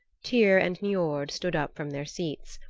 tyr and niord stood up from their seats.